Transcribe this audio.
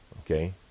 Okay